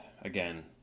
again